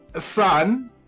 son